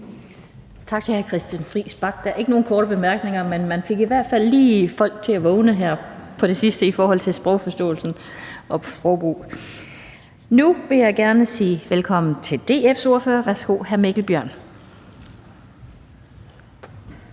Tak til hr. Christian Friis Bach. Der er ikke nogen korte bemærkninger, men man fik i hvert fald lige folk til at vågne til sidst i forhold til sprogforståelse og sprogbrug. Nu vil jeg gerne sige velkommen til DF's ordfører. Værsgo, hr. Mikkel Bjørn.